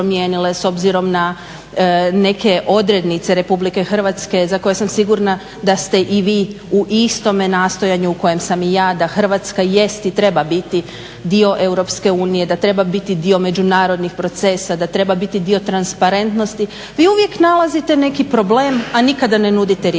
s obzirom na neke odrednice Republike Hrvatske za koje sam sigurna da ste i vi u istome nastojanju u kojem sam i ja da Hrvatska jest i treba biti dio EU, da treba biti dio međunarodnih procesa, da treba biti dio transparentnosti vi uvijek nalazite neki problem, a nikada ne nudite rješenje.